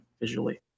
visually